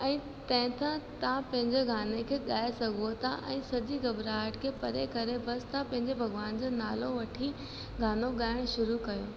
ऐं तंहिं सां तव्हां पंहिंजे गाने खे ॻाए सघो था ऐं सॼी घबराहट खे परे करे बसि तव्हां पंहिंजे भॻवान जो नालो वठी गानो ॻाइण शुरू कयो